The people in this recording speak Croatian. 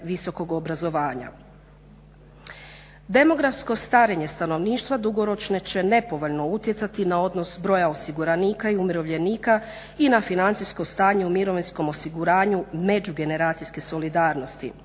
visokog obrazovanja. Demografsko starenje stanovništva dugoročno će nepovoljno utjecati na odnos broja osiguranika i umirovljenika i na financijsko stanje u mirovinskom osiguranju međugeneracijske solidarnosti.